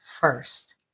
first